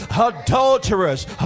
Adulterers